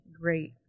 great